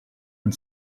and